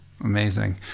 amazing